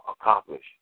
accomplish